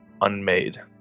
unmade